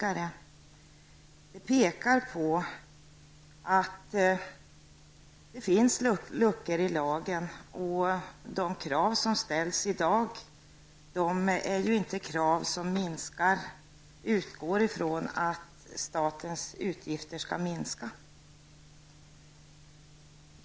I reservationerna pekar man på att det finns luckor i lagen. De krav som ställs i dag utgår ju inte från att statens utgifter skall minska.